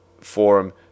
forum